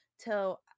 till